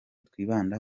twibanda